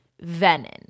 Venom